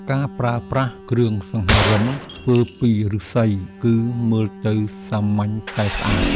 ការប្រើប្រាស់គ្រឿងសង្ហារឹមធ្វើពីឫស្សី គឺមើលទៅសាមញ្ញតែស្អាត។